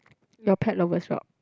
your pet lovers rock